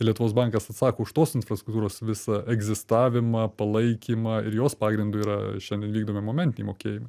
lietuvos bankas atsako už tos infrastruktūros visą egzistavimą palaikymą ir jos pagrindu yra šiandien vykdomi momentiniai mokėjimai